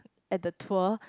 at the tour